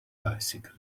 bicycle